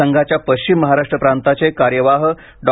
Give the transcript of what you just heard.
संघाच्या पश्चिम महाराष्ट्र प्रांताचे कार्यवाह डॉ